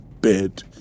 bed